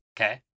Okay